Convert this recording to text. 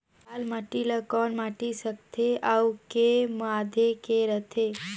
लाल माटी ला कौन माटी सकथे अउ के माधेक राथे?